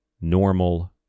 normal